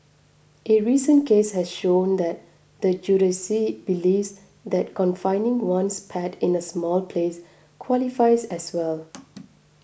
a recent case has shown that the judiciary believes that confining one's pet in a small place qualifies as well